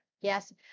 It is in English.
Yes